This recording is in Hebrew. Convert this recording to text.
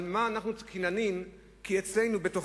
אבל מה לנו כי נלין, כי אצלנו, בתוכנו,